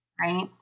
right